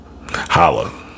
holla